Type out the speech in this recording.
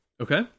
Okay